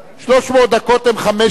300 דקות הן חמש שעות.